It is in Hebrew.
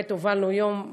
באמת הובלנו יום מקסים,